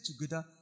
together